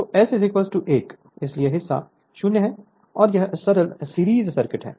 तो S 1 इसलिए यह हिस्सा 0 है और यह सरल सीरीज सर्किट है